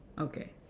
Okay